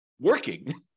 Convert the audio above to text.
working